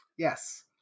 Yes